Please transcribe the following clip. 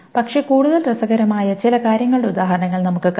പക്ഷേ കൂടുതൽ രസകരമായ ചില കാര്യങ്ങളുടെ ഉദാഹരണങ്ങൾ നമുക്ക് കാണാം